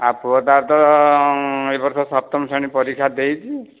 ଆଉ ପୁଅ ଟା ତ ଏହି ବର୍ଷ ସପ୍ତମ ଶ୍ରେଣୀ ପରୀକ୍ଷା ଦେଇଛି